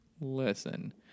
Listen